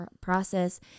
process